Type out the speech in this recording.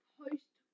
post